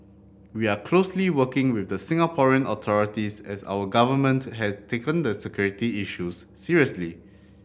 we are closely working with the Singaporean authorities as our government has taken the security issues seriously